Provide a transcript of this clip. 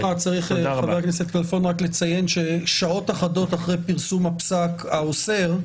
צריך לציין ששעות אחרות אחרי פרסום הפסק האוסר,